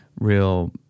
real